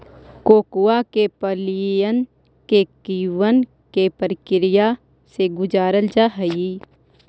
cocoa के फलियन के किण्वन के प्रक्रिया से गुजारल जा हई